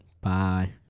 Bye